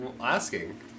asking